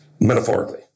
metaphorically